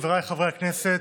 חבריי חברי הכנסת,